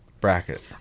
bracket